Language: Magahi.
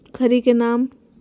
खड़ी के नाम?